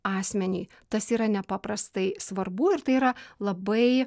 asmeniui tas yra nepaprastai svarbu ir tai yra labai